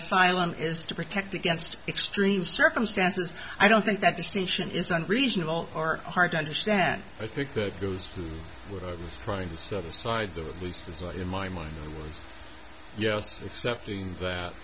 asylum is to protect against extreme circumstances i don't think that distinction is unreasonable or hard to understand i think that goes to what i was trying to set aside there at least as i in my mind the words yes except in that